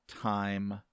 time